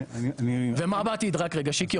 ומה בעתיד?